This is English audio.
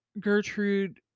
Gertrude